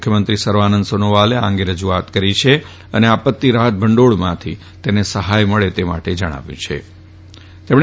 મુખ્યમંત્રી સર્વાનંદ સોનોવાલે આ અંગે રજુઆત કરી છે અને આપત્તિ રાહત ભંડોળમાંથી તેને સહાય મળે તે માટે જણાવ્યું છેતેમણે